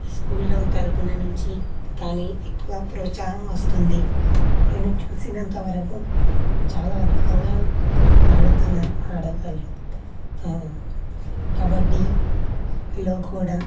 స్కూల్లో తరఫున నుంచి కానీ ఎక్కువ ప్రోత్సాహం వస్తుంది నేను చూసినంతవరకు చాలా అద్భుతంగా ఆడుతున్నారు ఆడవాళ్లు కబడ్డీలో కూడా